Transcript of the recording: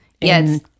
Yes